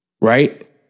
Right